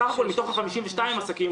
בסך הכול מתוך 52 העסקים,